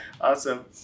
Awesome